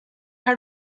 card